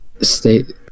state